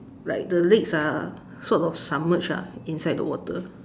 like the legs are sort of submerged ah inside the water